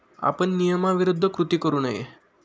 आपण नियमाविरुद्ध कृती करू नये